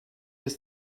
ist